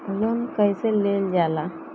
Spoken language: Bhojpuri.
लोन कईसे लेल जाला?